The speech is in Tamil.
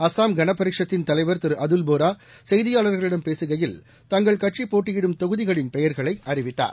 அஸ்ஸாம் கணபரிஷத்திள் தலைவர் திருஅதுல்போராசெய்தியாளர்களிடம் பேககையில் தங்கள் கட்சிபோட்டியிடும் தொகுதிகளின் பெயர்களைஅறிவித்தார்